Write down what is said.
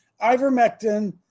ivermectin